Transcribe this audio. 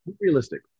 realistic